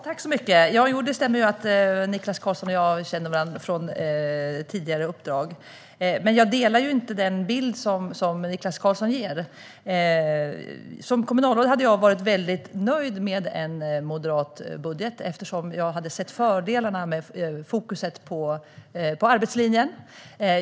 Herr talman! Jo, det stämmer att Niklas Karlsson och jag känner varandra från tidigare uppdrag, men jag delar inte den bild han ger. Som kommunalråd hade jag varit väldigt nöjd med en moderat budget eftersom jag hade sett fördelarna med fokuset på arbetslinjen.